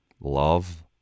love